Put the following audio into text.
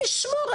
אלוהים ישמור,